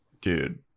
dude